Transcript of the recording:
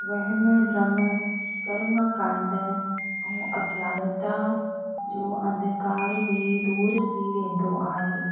वहमु भ्रमु कर्मु कांड और अज्ञानिता जो अधिकार बि दूरि थी वेंदो आहे